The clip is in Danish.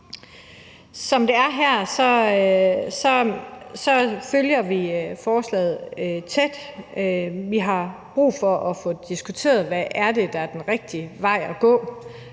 Som det ligger her, følger vi forslaget tæt. Vi har brug for at få diskuteret, hvad der er den rigtige vej at gå.